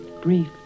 brief